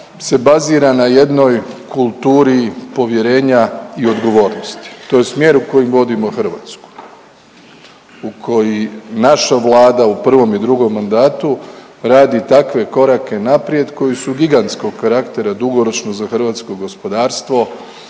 se bazira na jednoj kulturi povjerenja i odgovornosti. To je smjer u koji vodimo Hrvatsku, u koji naša Vlada u prvom i drugom mandatu radi takve korake naprijed koji su gigantskog karaktera dugoročno za hrvatsko gospodarstvo,